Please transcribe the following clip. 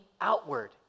outward